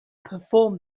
performed